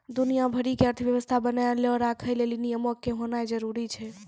दुनिया भरि के अर्थव्यवस्था बनैलो राखै लेली नियमो के होनाए जरुरी छै